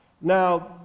Now